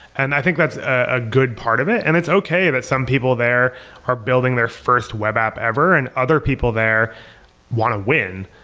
and i think that's a good part of it. and it's okay that some people there are building their first web app ever and other people there want to win.